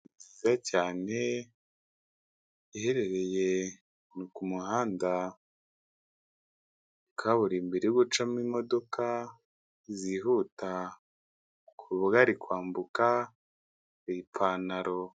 Inzu nziza cyane iherereye ahantu ku muhanda, kaburimbo iri gucamo imodoka zihuta, bakaba bari kwambuka mu ipantaro.